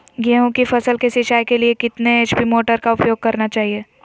गेंहू की फसल के सिंचाई के लिए कितने एच.पी मोटर का उपयोग करना चाहिए?